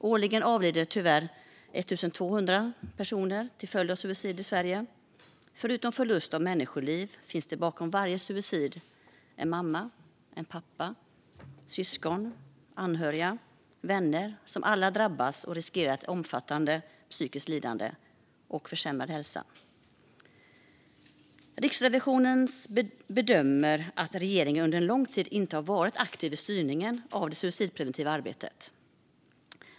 Årligen avlider tyvärr cirka 1 200 personer till följd av suicid i Sverige. Förutom förlust av människoliv finns det bakom varje suicid en mamma, en pappa, syskon, anhöriga och vänner som alla drabbas och riskerar omfattande psykiskt lidande och försämrad hälsa. Riksrevisionen bedömer att regeringen under lång tid inte har varit aktiv i styrningen av det suicidpreventiva arbetet.